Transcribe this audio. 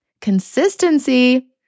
Consistency